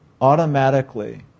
automatically